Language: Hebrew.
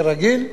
כרגיל,